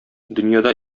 дөньяда